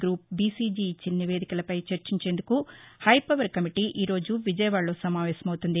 group BCG ఇచ్చిన నివేదికలపై చర్చించేందుకు హైవవర్ కమిటీ ఈ రోజు విజయవాడలో నమావేశం అవుతుంది